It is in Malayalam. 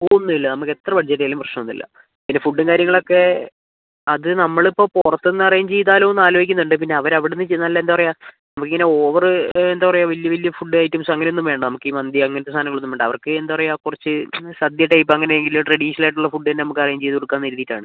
ഒന്നും ഇല്ല നമുക്ക് എത്ര ബഡ്ജറ്റ് ആയാലും പ്രശ്നം ഒന്നും ഇല്ല പിന്നെ ഫുഡ്ഡും കാര്യങ്ങൾ ഒക്കെ അത് നമ്മൾ ഇപ്പം പുറത്തുന്ന് അറേഞ്ച് ചെയ്താലോന്ന് ആലോചിക്കുന്നുണ്ട് അവർ അവിടന്ന് നല്ല എന്താ പറയാ നമുക്ക് ഇങ്ങന ഓവർ എന്താ പറയാ വലിയ വലിയ ഫുഡ്ഡ് ഐറ്റംസ് അങ്ങനെ ഒന്നും വേണ്ട നമുക്ക് ഈ മന്തി അങ്ങനത്ത സാധനങ്ങൾ ഒന്നും വേണ്ട അവർക്ക് എന്താ പറയാ കുറച്ച് സദ്യ ടൈപ്പ് അങ്ങനെ ഏതെങ്കിലും ട്രഡീഷണൽ ആയിട്ടുള്ള ഫുഡ്ഡ് തന്നെ നമുക്ക് അറേഞ്ച് ചെയ്ത് കൊടുക്കാമെന്ന് കരുതീട്ടാണ്